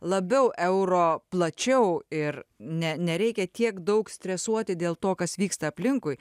labiau euro plačiau ir ne nereikia tiek daug stresuoti dėl to kas vyksta aplinkui